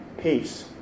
peace